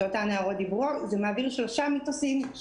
שעליו אותן נערות דיברו, זה מעביר שלושה מיתוסים.